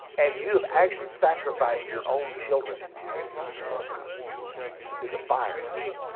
and you have actually sacrificed your own children to the star god through the fires.